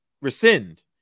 rescind